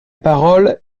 parole